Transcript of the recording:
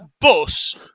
bus